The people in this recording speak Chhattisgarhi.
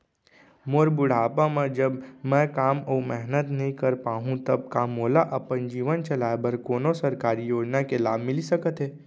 मोर बुढ़ापा मा जब मैं काम अऊ मेहनत नई कर पाहू तब का मोला अपन जीवन चलाए बर कोनो सरकारी योजना के लाभ मिलिस सकत हे?